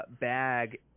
bag